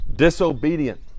disobedient